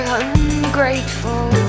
ungrateful